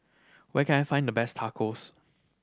where can I find the best Tacos